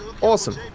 awesome